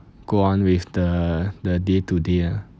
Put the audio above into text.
go on with the the day to day ah